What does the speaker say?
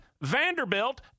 Vanderbilt